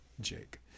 Jake